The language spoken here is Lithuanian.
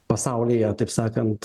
pasaulyje taip sakant